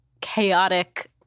chaotic